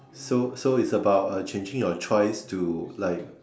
so so is about changing your choice to like